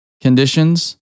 conditions